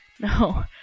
no